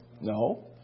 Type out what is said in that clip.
No